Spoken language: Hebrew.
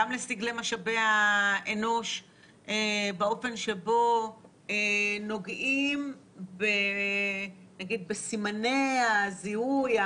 גם לסגלי משאבי האנוש באופן שבו נוגעים בסימני הזיהוי,